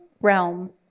realm